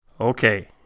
Okay